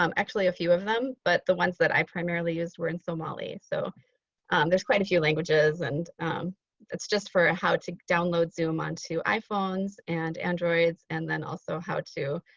um actually a few of them. but the ones that i primarily used were in somali. so there's quite a few languages and it's just for ah how to download zoom onto iphones and androids and then also how to